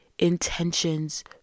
intentions